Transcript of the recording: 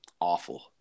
awful